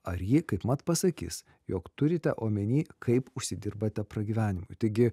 ar ji kaipmat pasakys jog turite omeny kaip užsidirbate pragyvenimui taigi